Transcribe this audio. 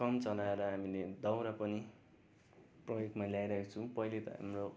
कम चलाएर हामीले दाउरा पनि प्रयोगमा ल्याइरहेको छु पहिले त हाम्रो